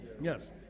Yes